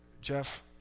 Jeff